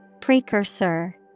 Precursor